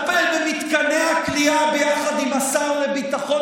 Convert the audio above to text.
תטפל במתקני הכליאה ביחד עם השר לביטחון